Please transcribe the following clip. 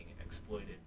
exploited